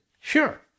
Sure